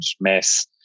mess